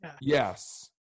yes